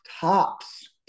tops